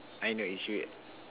I no issue